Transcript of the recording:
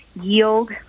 yield